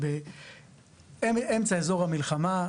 שמאמצע אזור המלחמה,